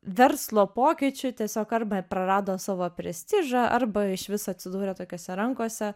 verslo pokyčių tiesiog arba prarado savo prestižą arba išvis atsidūrė tokiose rankose